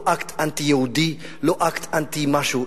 לא אקט אנטי-יהודי ולא אקט אנטי-משהו.